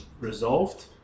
resolved